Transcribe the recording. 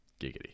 Giggity